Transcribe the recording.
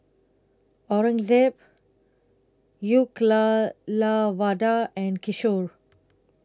Aurangzeb Uyyalawada and Kishore